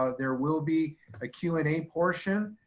ah there will be a q and a portion